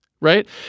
right